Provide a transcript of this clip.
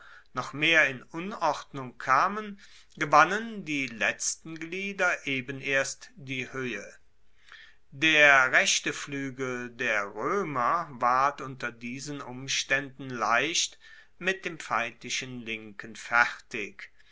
noch mehr in unordnung kamen gewannen die letzten glieder eben erst die hoehe der rechte fluegel der roemer ward unter diesen umstaenden leicht mit dem feindlichen linken fertig